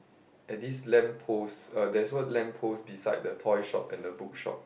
at this lamp post uh there's one lamp post beside the toy shop and the book shop